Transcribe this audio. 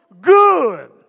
good